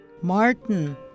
Martin